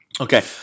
Okay